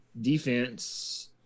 defense